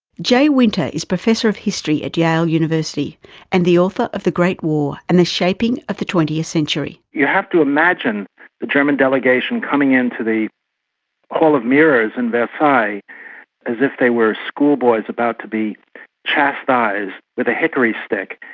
jay winter is professor of history at yale university and the author of the great war and the shaping of the twentieth century. you have to imagine the german delegation coming in to the hall of mirrors in versailles as if they were schoolboys, about to be chastised with a hickory stick,